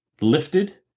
lifted